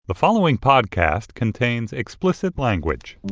the following podcast contains explicit language